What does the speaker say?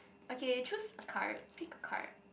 okay choose a card pick a card